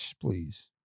Please